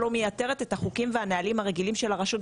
לא מייתרת את החוקים והנהלים הרגילים של הרשות,